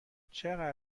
چقدر